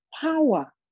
power